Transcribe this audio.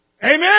Amen